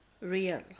real